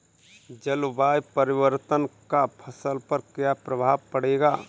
जलवायु परिवर्तन का फसल पर क्या प्रभाव पड़ेगा?